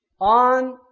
on